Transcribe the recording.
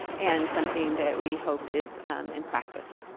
and something that we hope is in practice.